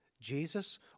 Jesus